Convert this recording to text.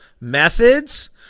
methods